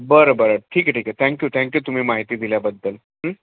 बरं बरं ठीक आहे ठीक आहे थँक्यू थँक्यू माहिती दिल्याबद्दल हं